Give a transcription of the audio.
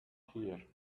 here